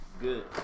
Good